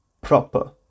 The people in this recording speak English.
proper